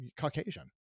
caucasian